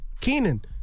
Keenan